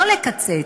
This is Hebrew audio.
לא לקצץ.